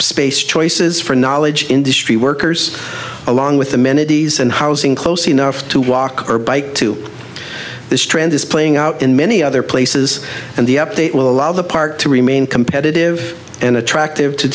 space choices for knowledge industry workers along with amenities and housing close enough to walk or bike to this trend is playing out in many other places and the update will allow the park to remain competitive and attractive to